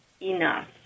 enough